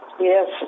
Yes